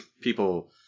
people